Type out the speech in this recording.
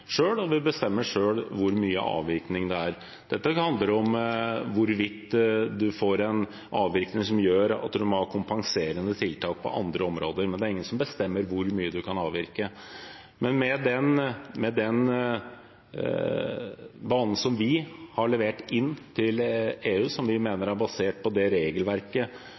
og vi bestemmer selv hvor mye avvirkning vi skal ha. Dette handler om hvorvidt vi får en avvirkning som gjør at en må ha kompenserende tiltak på andre områder, men det er ingen som bestemmer hvor mye man kan avvirke. Med den banen som vi har levert inn til EU, som vi mener er basert på det regelverket